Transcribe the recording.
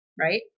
Right